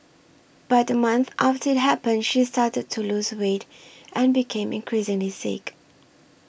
but a month after it happened she started to lose weight and became increasingly sickly